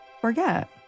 forget